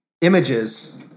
images